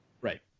Right